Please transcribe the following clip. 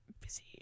busy